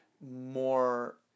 more